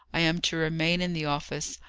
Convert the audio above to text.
i am to remain in the office.